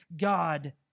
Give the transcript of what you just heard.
God